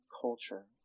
culture